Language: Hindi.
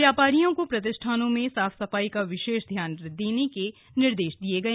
व्यापारियों को प्रतिष्ठानों में साफ सफाई का विशेष ध्यान रखने के निर्देश दिए गए